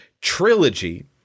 trilogy